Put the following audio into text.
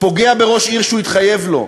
פוגע בראש העיר, שהוא התחייב לו,